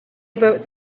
about